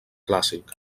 clàssic